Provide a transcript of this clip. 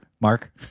Mark